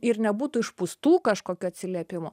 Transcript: ir nebūtų išpūstų kažkokių atsiliepimų